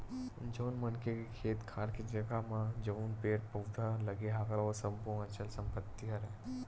जउन मनखे के खेत खार के जघा म जउन पेड़ पउधा लगे हवय ओ सब्बो अचल संपत्ति हरय